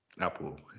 apple